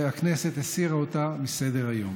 והכנסת הסירה אותה מסדר-היום.